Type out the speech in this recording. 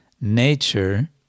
nature